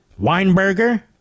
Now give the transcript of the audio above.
Weinberger